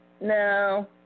No